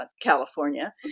California